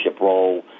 role